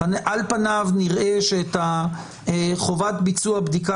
על פניו נראה שאת חובת ביצוע הבדיקה